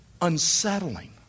unsettling